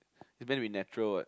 then natural what